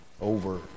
over